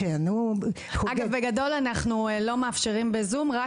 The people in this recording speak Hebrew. אגב, אנחנו לא מאפשרים בזום, בגדול.